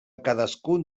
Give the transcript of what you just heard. cadascun